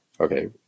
Okay